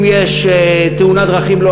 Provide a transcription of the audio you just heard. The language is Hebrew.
אם יש תאונת דרכים,